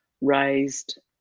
raised